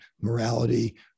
morality